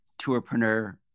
Tourpreneur